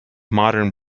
modern